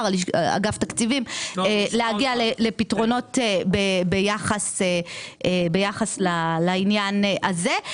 ואגף תקציבים להגיע לפתרונות ביחס לעניין הזה.